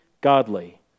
godly